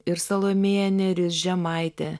ir salomėja nėris žemaitė